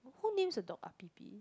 who names the dog